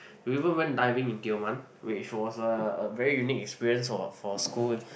we even went diving in Tioman which was a a very unique experience for for a school